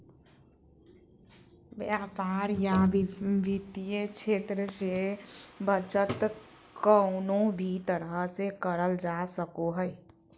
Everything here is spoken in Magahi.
व्यापार या वित्तीय क्षेत्र मे बचत कउनो भी तरह से करल जा सको हय